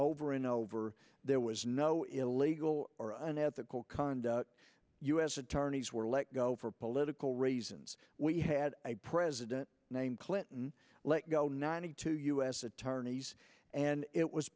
over and over there was no illegal or unethical conduct u s attorneys were let go for political reasons we had a president named clinton let go ninety two u s attorneys and it was